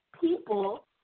people